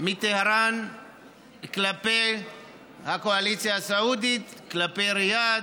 מטהרן כלפי הקואליציה הסעודית, כלפי ריאד,